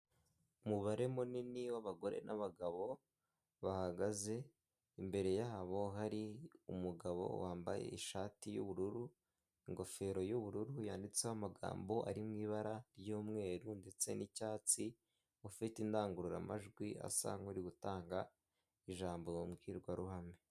Umubare munini w'abagore n'abagabo bahagaze, imbere yabo hari umugabo wambaye ishati y'ubururu ingofero y'ubururu yanditseho amagambo ari mu ibara ry'umweru, ndetse n'icyatsi ufite indangururamajwi asa nk'uri gutanga ijambo mu mbwirwaruhame.